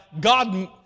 God